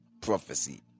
prophecy